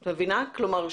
כלומר,